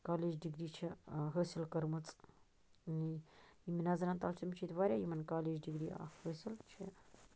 college degree چھِ حٲصِل کٔرمٕژ یِم مےٚ نظرن تَل چھِ تِم چھِ ییٚتہِ وارِیاہ یِمن کایج ڈگری اَکھ حٲصل چھِ